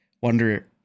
wonder